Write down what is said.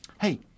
hey